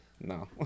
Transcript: no